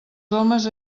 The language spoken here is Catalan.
homes